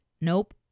Nope